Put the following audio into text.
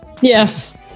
yes